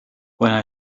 when